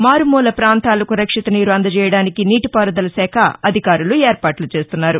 మారుమూల పాంతాలకు రక్షిత నీరు అందజేయడానికి నీటిపారుదల శాఖ అధికారులు ఏర్పాట్లు చేస్తున్నారు